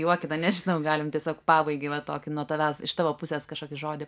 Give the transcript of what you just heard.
juokina nežinau galim tiesiog pabaigai va tokį nuo tavęs iš tavo pusės kažkokį žodį